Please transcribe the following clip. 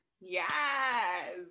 yes